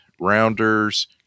Rounders